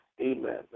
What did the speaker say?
amen